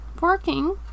working